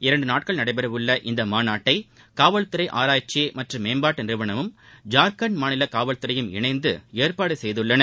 இரண்டுநாள் நடைபெறவுள்ள இந்த மாநாட்டை காவல்துறை ஆராய்ச்சி மற்றும் மேம்பாட்டு நிறுவனமும் ஜார்கண்ட் மாநில காவல்துறையும் இணைந்து ஏற்பாடு செய்துள்ளன